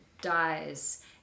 dies